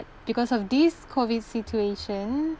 because of this COVID situation